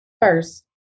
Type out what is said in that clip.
first